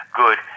good